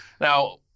Now